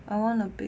I want to bake